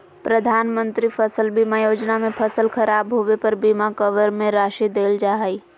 प्रधानमंत्री फसल बीमा योजना में फसल खराब होबे पर बीमा कवर में राशि देल जा हइ